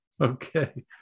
Okay